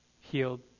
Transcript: healed